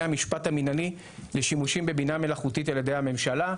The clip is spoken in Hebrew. המשפט המנהלי לשימושים בבינה מלאכותית ע"י הממשלה.